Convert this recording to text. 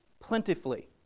plentifully